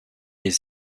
les